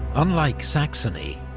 unlike saxony,